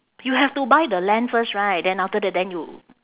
you have to buy the land first right then after then you